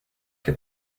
que